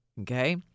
okay